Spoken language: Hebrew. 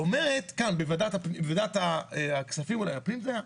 ואומרת כאן בוועדת הכספים, אולי הפנים זה היה?